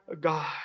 God